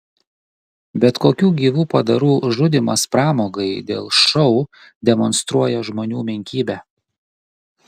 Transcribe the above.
bet kokių gyvų padarų žudymas pramogai dėl šou demonstruoja žmonių menkybę